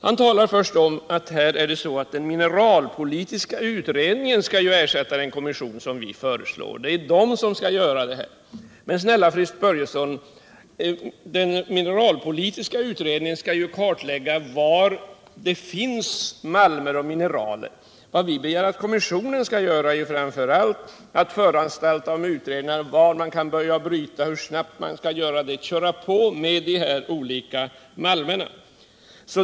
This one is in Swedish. Han talar först om att den mineralpolitiska utredningen skall ersätta den kommission som vi föreslår — det är den som skall utföra det här arbetet. Men, snälla Fritz Börjesson, den mineralpolitiska utredningen skall ju kartlägga var det finns malmer och mineraler. Vad vi begär att kommissionen skall göra är framför allt att företa utredningar om var man skall börja bryta och hur snabbt det kan ske, dvs. köra på när det gäller brytningen av de olika malmerna.